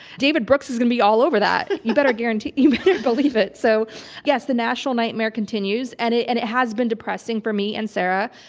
david brooks is going to be all over that. you better guarantee, you better believe it. so yes, the national nightmare continues, and it and it has been depressing for me and sarah,